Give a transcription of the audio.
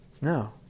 No